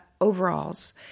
Overalls